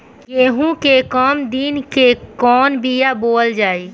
गेहूं के कम दिन के कवन बीआ बोअल जाई?